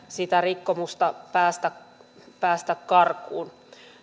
sitä rikkomusta päästä päästä karkuun